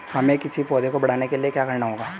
हमें किसी पौधे को बढ़ाने के लिये क्या करना होगा?